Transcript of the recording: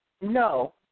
no